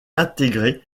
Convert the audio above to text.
intégré